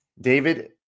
David